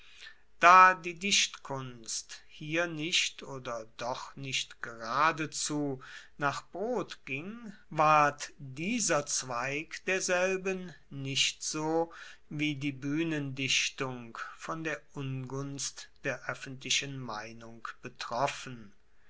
da die dichtkunst hier nicht oder doch nicht geradezu nach brot ging ward dieser zweig derselben nicht so wie die buehnendichtung von der ungunst der oeffentlichen meinung betroffen